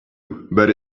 but